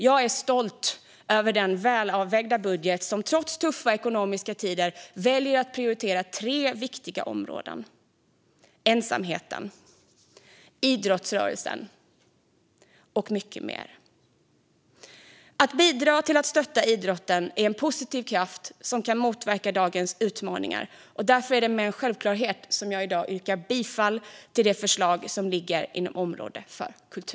Jag är stolt över denna välavvägda budget där vi trots tuffa ekonomiska tider väljer att prioritera viktiga områden: ensamheten, idrottsrörelsen och mycket mer. Att bidra till att stötta idrotten är en positiv kraft som kan motverka dagens utmaningar. Därför yrkar jag bifall till utskottets förslag.